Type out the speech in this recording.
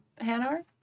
Hanar